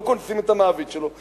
אך לא קונסים את המעביד שלו.